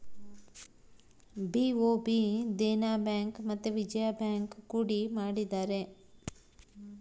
BOB Dena bank ಮತ್ತೆ Vijaya bank ಕೂಡಿ ಮಾಡಿದರೆ